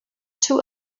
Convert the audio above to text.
two